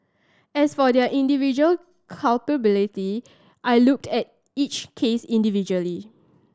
as for their individual culpability I looked at each case individually